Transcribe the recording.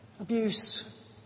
abuse